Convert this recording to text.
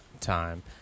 time